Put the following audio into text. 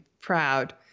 proud